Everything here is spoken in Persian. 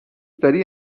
داری